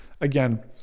again